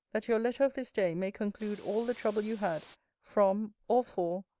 that your letter of this day may conclude all the trouble you had from, or for,